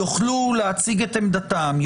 יוכלו להציג את עמדתם.